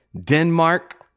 Denmark